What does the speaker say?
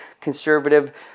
conservative